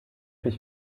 mich